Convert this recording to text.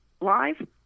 Live